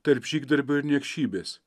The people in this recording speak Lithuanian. tarp žygdarbio ir niekšybės